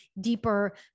deeper